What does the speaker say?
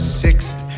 sixth